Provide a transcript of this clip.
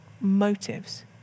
motives